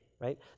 right